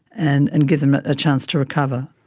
and and give them a chance to recover.